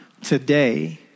today